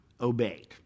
obeyed